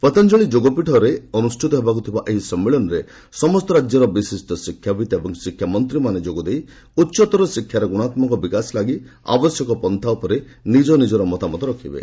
ପତଞ୍ଚଳୀ ଯୋଗପୀଠରେ ଅନୁଷ୍ଠିତ ହେବାକୁଥିବା ଏହି ସମ୍ମିଳନୀରେ ସମସ୍ତ ରାଜ୍ୟର ବିଶିଷ୍ଟ ଶିକ୍ଷାବିତ୍ ଏବଂ ଶିକ୍ଷାମନ୍ତ୍ରୀମାନେ ଯୋଗ ଦେଇ ଉଚ୍ଚତର ଶିକ୍ଷାର ଗୁଣାତ୍ମକ ବିକାଶ ପାଇଁ ଆବଶ୍ୟକ ପନ୍ତା ଉପରେ ନିଜନିଜର ମତାମତ ରଖିବେ